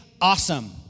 awesome